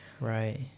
Right